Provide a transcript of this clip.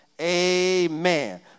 Amen